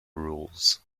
rules